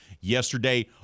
Yesterday